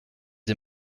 des